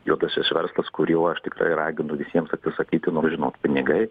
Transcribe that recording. juodasis verslas kuriuo aš tiktai raginu visiems atsisakyti nors žinot pinigai